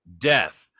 death